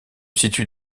situe